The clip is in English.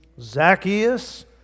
Zacchaeus